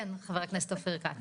כן, חבר הכנסת אופיר כץ.